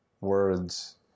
words